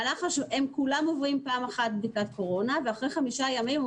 כולם עוברים בדיקת קורונה ואחרי חמישה ימים הם